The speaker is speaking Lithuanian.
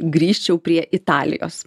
grįžčiau prie italijos